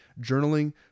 journaling